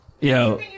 Yo